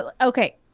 okay